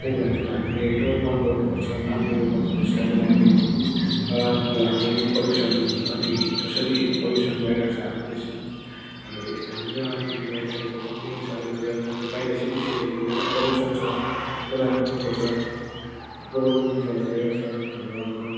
त्यही भएर किन हामीले एकदमै बन्द गर्नुपर्छ काम दिनुपर्छ त्यसलाई पनि हामी हाम्रो यो पल्युसन अनि जसरी पल्युसन भइरहेको छ हाम्रो देशमा हाम्रो हाम्रोतिर अलिकति भइरहेको छ कम्ती नै छ अहिले फिलहालमा बाहिरतिर अब बाहिर सिटीतिर त पल्युसन छ त्यसलाई रोक्नुपर्छ हाम्रो नि ज्यादा भइरहेको छ हाम्रो गाउँमा